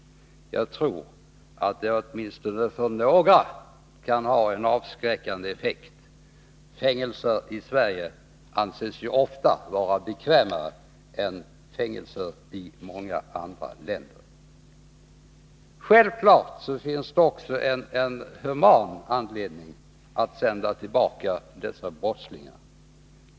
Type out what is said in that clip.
Jag tror att det åtminstone för några kan ha en avskräckande effekt. Fängelser i Sverige anses ju ofta vara bekvämare än fängelser i många andra länder. Självfallet finns det också en human anledning att sända tillbaka dessa brottslingar.